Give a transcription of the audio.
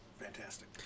fantastic